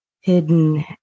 hidden